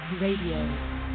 Radio